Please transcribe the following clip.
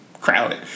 crowded